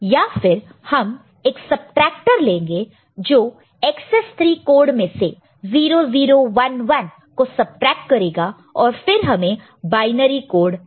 या फिर हम एक सबट्रैक्टर लेंगे जो एकसेस 3 कोड में से 0 0 1 1 को सबट्रैक्ट करेगा और फिर हमें बायनरी कोड देगा